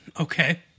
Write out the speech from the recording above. Okay